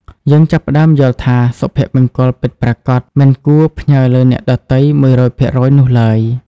យើងចាប់ផ្តើមយល់ថា សុភមង្គលពិតប្រាកដមិនគួរផ្ញើលើអ្នកដទៃ ១០០% នោះឡើយ។